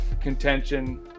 contention